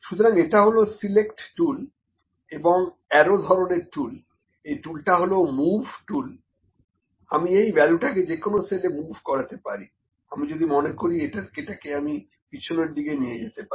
সুতরাং এটা হলো সিলেক্ট টুল এবং এটা অ্যারো ধরনের টুল এই টুলটা হলো মুভ টুল আমি এই ভ্যালুটাকে যে কোনো সেলে মুভ করাতে পারি আমি যদি মনে করি এটাকে আমি পেছনের দিকে নিয়ে যেতে পারি